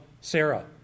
Sarah